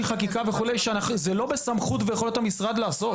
חקיקה וכו' שזה לא בסמכות ויכולות המשרד לעשות.